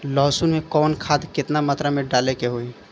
लहसुन में कवन खाद केतना मात्रा में डाले के होई?